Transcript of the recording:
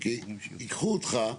כי ייקחו אותך,